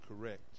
correct